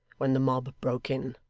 when the mob broke in.